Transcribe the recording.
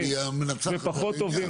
אבל נת"ע היא שמנצחת על העניין.